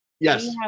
Yes